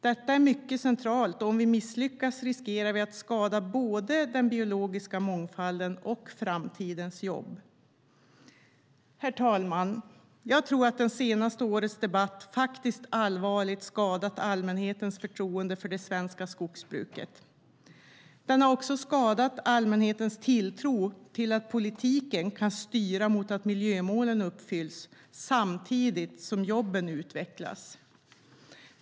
Detta är mycket centralt, och om vi misslyckas riskerar vi att skada både den biologiska mångfalden och framtidens jobb. Herr talman! Jag tror att det senaste årets debatt faktiskt allvarligt har skadat allmänhetens förtroende för det svenska skogsbruket. Den har också skadat allmänhetens tilltro till att politiken kan styra mot att miljömålen uppfylls samtidigt som jobben utvecklas.